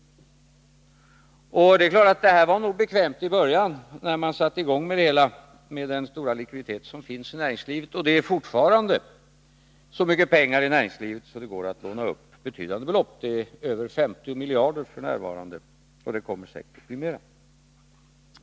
Det var nog bekvämt att tillämpa den här upplåningsmetodiken i början med tanke på den stora likviditet som finns i näringslivet. Det finns fortfarande så mycket pengar i näringslivet att det går att låna upp betydande belopp. Där finns över 50 miljarder f. n., och det kommer säkert att bli mera.